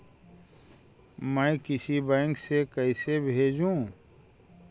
मैं किसी बैंक से कैसे भेजेऊ